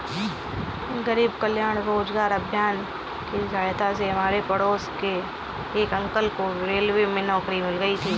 गरीब कल्याण रोजगार अभियान की सहायता से हमारे पड़ोस के एक अंकल को रेलवे में नौकरी मिल गई थी